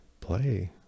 play